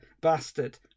bastard